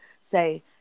say